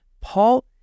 Paul